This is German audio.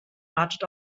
wartet